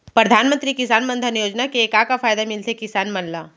परधानमंतरी किसान मन धन योजना के का का फायदा मिलथे किसान मन ला?